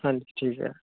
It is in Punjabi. ਹਾਂਜੀ ਠੀਕ ਐ